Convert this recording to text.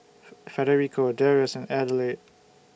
Federico Darrius and Adelaide